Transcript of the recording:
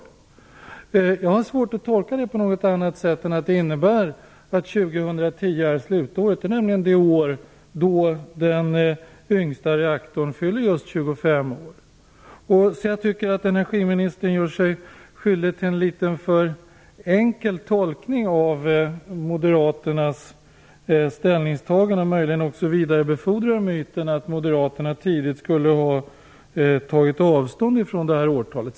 Jag har svårt att tolka det på något annat sätt än att det innebär att 2010 är slutåret. Det är nämligen det år då den yngsta reaktorn fyller just 25 år. Jag tycker att energiministern gör sig skyldig till en litet för enkel tolkning av Moderaternas ställningstagande och möjligen också vidarebefordrar myten att Moderaterna tidigt skulle ha tagit avstånd från detta årtal.